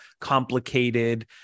complicated